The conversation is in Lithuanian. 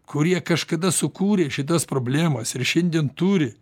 kurie kažkada sukūrė šitas problemas ir šiandien turi